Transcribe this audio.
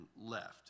left